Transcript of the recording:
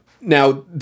Now